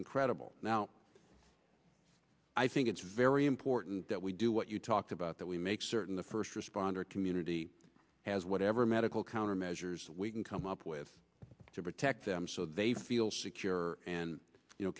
incredible now i think it's very important that we do what you talked about that we make certain the first responder community has whatever medical countermeasures we can come up with to protect them so they feel